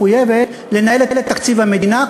מחויבת לנהל את תקציב המדינה,